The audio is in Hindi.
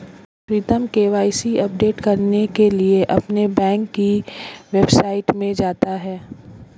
प्रीतम के.वाई.सी अपडेट करने के लिए अपने बैंक की वेबसाइट में जाता है